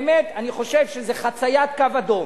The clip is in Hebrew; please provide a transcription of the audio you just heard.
באמת, אני חושב שזה חציית קו אדום.